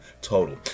total